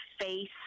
face